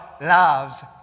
loves